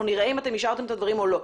נראה אם אתם השארתם את הדברים או לא.